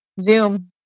zoom